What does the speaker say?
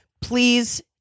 please